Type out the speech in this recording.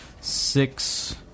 Six